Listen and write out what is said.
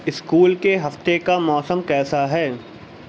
school کے ہفتے کا موسم کیسا ہے